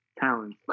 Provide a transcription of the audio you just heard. talent